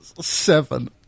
seven